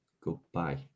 Goodbye